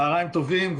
צהריים טובים.